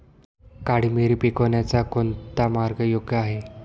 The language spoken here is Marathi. काळी मिरी पिकवण्याचा कोणता मार्ग योग्य आहे?